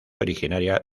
originaria